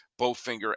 Bowfinger